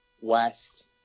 West